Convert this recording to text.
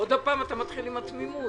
עוד פעם אתה מתחיל עם התמימות?